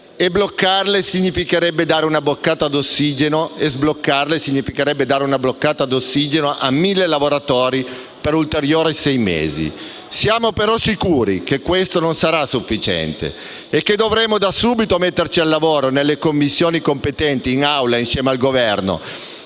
fatto che oramai le risorse sono state assegnate e sbloccarle significherebbe dare una boccata d'ossigeno a mille lavoratori per ulteriori sei mesi. Siamo, però, sicuri che questo non sarà sufficiente e che dovremo da subito metterci al lavoro nelle Commissioni competenti e in Aula, insieme al Governo,